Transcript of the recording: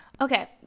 okay